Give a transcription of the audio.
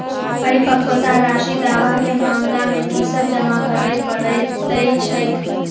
परिपक्वता राशि दावा केँ मामला मे की सब जमा करै पड़तै छैक?